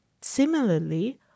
Similarly